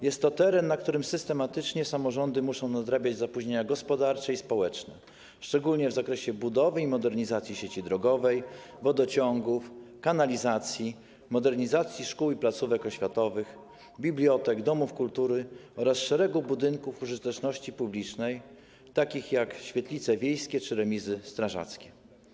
Jest to teren, na którym samorządy muszą systematycznie odrabiać zapóźnienia gospodarcze i społeczne, szczególnie w zakresie budowy i modernizacji sieci drogowej, wodociągów, kanalizacji, modernizacji szkół i placówek oświatowych, bibliotek, domów kultury oraz szeregu budynków użyteczności publicznej, takich jak świetlice wiejskie czy remizy strażackie.